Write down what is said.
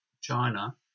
China